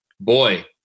Boy